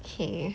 okay